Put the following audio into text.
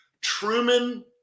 Truman